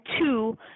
two